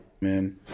man